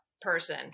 person